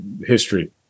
history